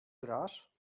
grasz